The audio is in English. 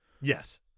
Yes